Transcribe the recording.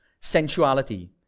sensuality